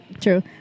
True